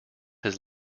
his